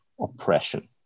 oppression